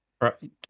Right